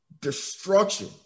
destruction